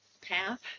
path